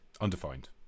Undefined